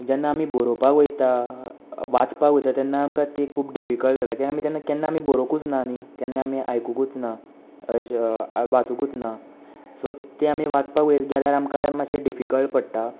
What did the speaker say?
जेन्ना आमी बरोवपाक वयता वाचपाक वयता तेन्ना आमकां ती खूब डिफिकल्ट जाता कित्याक केन्ना आमी बरोवंकच ना न्हय केन्ना आमी आयकूंकच ना वाचूंकच ना सो ती आमी वाचपाक गेल्यार आमकां मातशे डिफिकल्ट पडटा